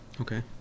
Okay